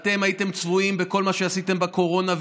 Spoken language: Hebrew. אתם הייתם צבועים בכל מה שעשיתם בקורונה,